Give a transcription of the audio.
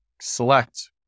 select